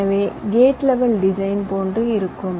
எனவே gate level design போன்று இருக்கும்